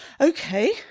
Okay